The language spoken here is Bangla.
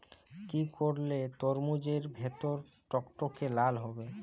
কি করলে তরমুজ এর ভেতর টকটকে লাল হবে?